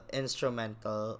instrumental